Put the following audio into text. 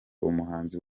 umuhanzi